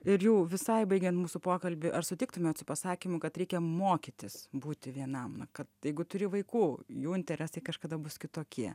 ir jau visai baigiant mūsų pokalbį ar sutiktumėt su pasakymu kad reikia mokytis būti vienam kad jeigu turi vaikų jų interesai kažkada bus kitokie